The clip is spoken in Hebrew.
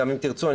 אם תרצו,